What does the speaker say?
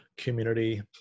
community